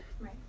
right